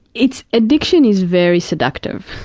it's, addiction is very seductive,